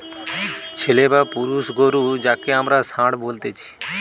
ছেলে বা পুরুষ গরু যাঁকে আমরা ষাঁড় বলতেছি